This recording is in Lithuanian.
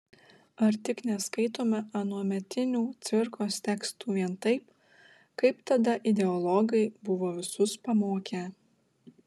ar tik neskaitome anuometinių cvirkos tekstų vien taip kaip tada ideologai buvo visus pamokę